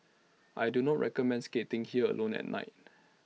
I do not recommend skating here alone at night